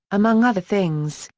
among other things,